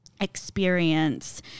experience